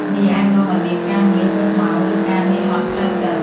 នេះអាចនាំឱ្យមានការងារហួសម៉ោង ឬការនឿយហត់ផ្លូវចិត្ត។